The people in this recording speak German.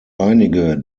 einige